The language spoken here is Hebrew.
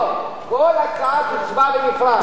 לא, כל הצעה תוצבע בנפרד.